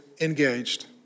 engaged